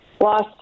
lost